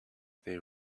they